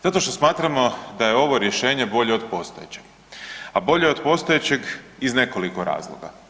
Zato što smatramo da je ovo rješenje bolje od postojećeg, a bolje od postojećeg iz nekoliko razloga.